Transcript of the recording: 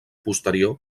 posterior